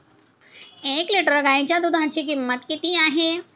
एक लिटर गाईच्या दुधाची किंमत किती आहे?